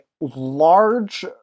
large